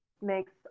makes